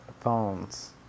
Phones